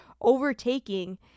overtaking